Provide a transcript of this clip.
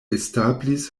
establis